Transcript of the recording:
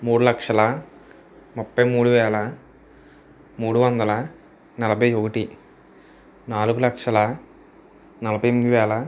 మూడు లక్షల ముప్పై మూడు వేల మూడు వందల నలభై ఒకటి నాలుగు లక్షల నలభై ఎనిమిది వేల